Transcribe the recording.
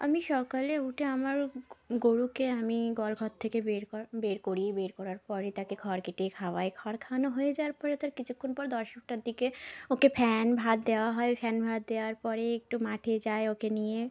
আমি সকালে উঠে আমার গরুকে আমি গোয়াল ঘর থেকে বের কর বের করি বের করার পর তাকে খড় কেটে খাওয়াই খড় খাওয়ানো হয়ে যাওয়ার পরে তার কিছুক্ষণ পর দশটার দিকে ওকে ফ্যান ভাত দেওয়া হয় ফ্যান ভাত দেওয়ার পরে একটু মাঠে যায় ওকে নিয়ে